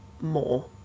more